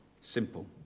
Simple